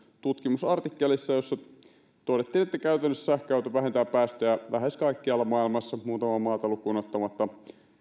tutkimusartikkelissa jossa todettiin että käytännössä sähköauto vähentää päästöjä lähes kaikkialla maailmassa muutamaa maata lukuun ottamatta